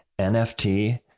NFT